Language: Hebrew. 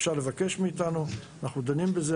אפשר לבקש מאיתנו, אנחנו דנים בזה.